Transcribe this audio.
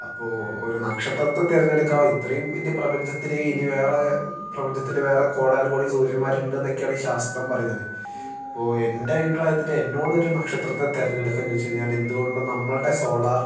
അപ്പോൾ ഒരു നക്ഷത്രത്തെ തെരഞ്ഞെടുക്കാൻ ഇത്രയും വലിയ പ്രപഞ്ചത്തിലെ ഇനി വേറെ പ്രപഞ്ചത്തിലെ വേറെ കോടാനുകോടി സൂര്യന്മാരുണ്ട് എന്നൊക്കെയാണ് ശാസ്ത്രം പറയുന്നത് അപ്പോൾ എൻ്റെ അഭിപ്രായത്തിൽഎന്നോട് ഒരു നക്ഷത്രത്തെ തെരഞ്ഞെടുക്കാൻ എന്നു വെച്ചുകഴിഞ്ഞാൽ എന്തുകൊണ്ടും നമ്മൾടെ സോളാർ